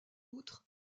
outre